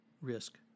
risk